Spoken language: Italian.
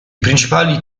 principali